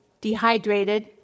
dehydrated